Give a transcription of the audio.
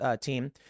team